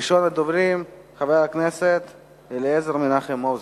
ראשון הדוברים, חבר הכנסת אליעזר מנחם מוזס.